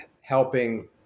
helping